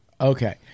Okay